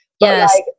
Yes